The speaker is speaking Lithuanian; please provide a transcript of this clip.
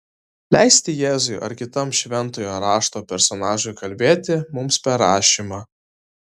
leisti jėzui ar kitam šventojo rašto personažui kalbėti mums per rašymą